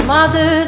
Mother